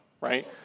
right